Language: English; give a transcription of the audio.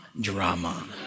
drama